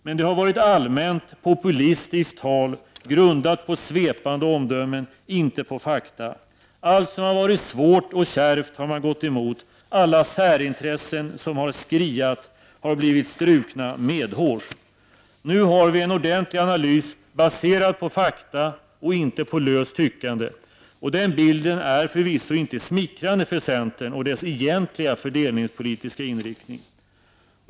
Men det har varit allmänt populistiskt tal grundat på svepande omdömen, inte på fakta. Allt som har varit svårt och kärvt har man gått emot. Alla särintressen som har skriat har blivit strukna medhårs. Nu har vi en ordentlig analys baserad på fakta, inte på löst tyckande. Den bilden är förvisso inte smickrande för centern och dess egentligen fördelningspolitiska inriktning.